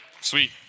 sweet